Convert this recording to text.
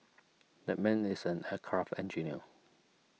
that man is an aircraft engineer